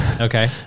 Okay